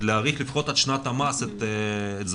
להאריך לפחות עד שנת המס את ההגשה,